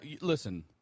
listen